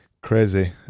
crazy